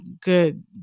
good